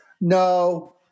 no